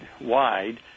wide